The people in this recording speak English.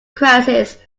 crises